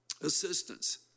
assistance